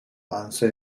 hanse